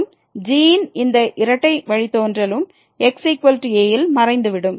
மேலும் g இன் இந்த இரட்டை வழித்தோன்றலும் xa ல் மறைந்து விடும்